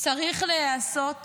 צריך להיעשות